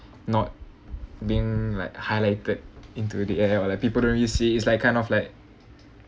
not being like highlighted into the air or like people don't really see is like kind of like